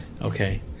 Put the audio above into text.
Okay